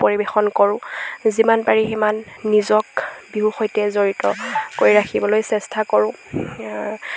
পৰিৱেশন কৰোঁ যিমান পাৰি সিমান নিজক বিহু সৈতে জড়িত কৰি ৰাখিবলৈ চেষ্টা কৰোঁ